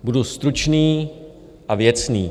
Budu stručný a věcný.